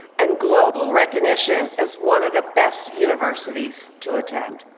and global recognition as one of the best universities to attend.